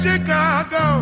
Chicago